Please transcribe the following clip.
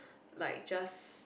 like just